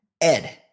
Ed